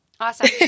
awesome